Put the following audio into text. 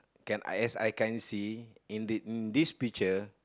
can I yes I can see in this picture